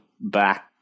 back